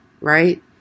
right